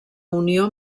unió